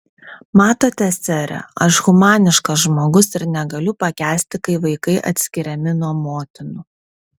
matote sere aš humaniškas žmogus ir negaliu pakęsti kai vaikai atskiriami nuo motinų